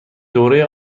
دوره